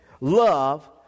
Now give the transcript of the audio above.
love